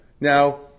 Now